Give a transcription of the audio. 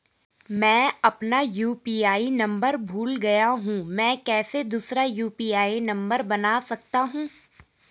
मैं अपना UPI number भूल गया हूँ मैं कैसे दूसरा यु.पी.आई नम्बर बना सकता हूँ?